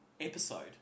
episode